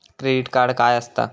Credit card काय असता?